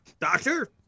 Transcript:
doctor